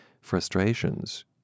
frustrations